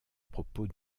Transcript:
propos